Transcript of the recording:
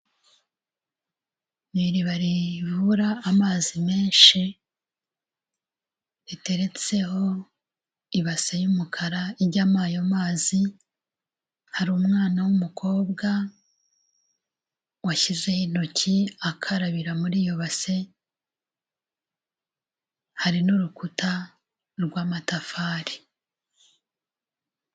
Ni iriba rivubura amazi menshi, riteretseho ibase y'umukara ijyamo ayo mazi, hari umwana w'umukobwa washyizeho intoki akarabira muri iyo base, hari n'urukuta rw'amatafari.